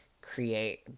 create